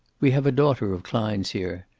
we have a daughter of klein's here.